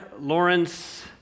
Lawrence